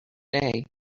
day